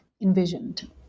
envisioned